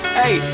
hey